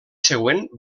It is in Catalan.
següent